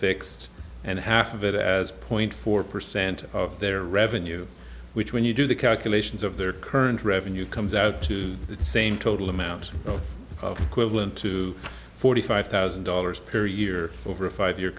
fixed and half of it as point four percent of their revenue which when you do the calculations of their current revenue comes out to the same total amount of equipment to forty five thousand dollars per year over a five year